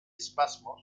espasmos